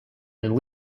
and